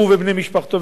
הוא ובני משפחתו,